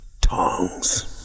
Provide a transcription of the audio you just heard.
tongs